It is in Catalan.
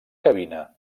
cabina